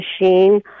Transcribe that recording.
machine